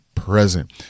present